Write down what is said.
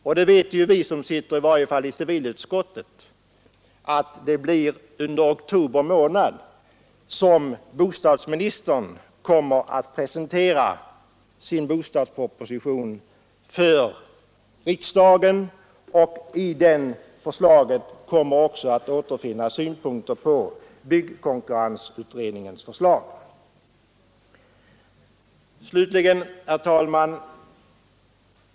Det vet i varje fall vi som sitter i utskottet att det blir under oktober månad som bostadsministern kommer att presentera sin bostadsproposition för riksdagen. I det förslaget kommer också att återfinnas synpunkter på byggkonkurrensutredningens förslag. Herr talman!